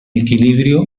equilibrio